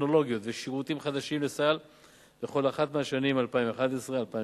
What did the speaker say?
טכנולוגיות ושירותים חדשים לסל בכל אחת מהשנים 2011 2013,